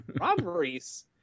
robberies